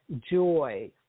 joy